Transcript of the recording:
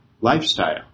lifestyle